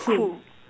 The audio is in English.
cool